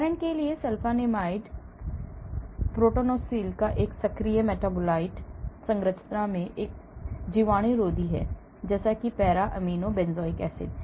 उदाहरण के लिए सल्फानिलमाइड prontosil का एक सक्रिय मेटाबोलाइट संरचना में एक जीवाणुरोधी जैसा कि पैरा अमीनो बेंजोइक एसिड